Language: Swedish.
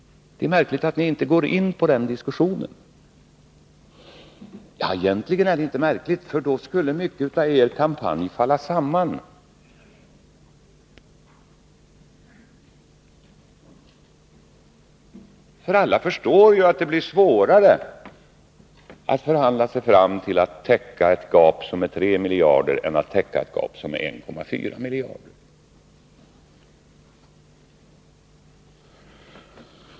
Det är märkligt att ni inte går in på den diskussionen. Ja, egentligen är det inte märkligt, för då skulle mycket av er kampanj falla samman. För alla förstår ju att det blir svårare att förhandla sig fram till att täcka ett gap som är 3 miljarder än till att täcka ett gap som är 1,4 miljarder.